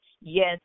yes